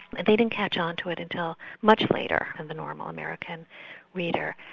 they didn't catch on to it until much later in the normal american reader.